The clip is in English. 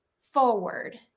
forward